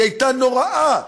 היא הייתה נוראה,